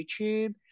YouTube